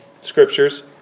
scriptures